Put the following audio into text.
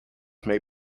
may